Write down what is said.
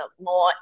more